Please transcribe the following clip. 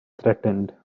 threatened